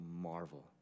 marvel